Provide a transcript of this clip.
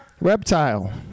reptile